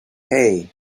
hey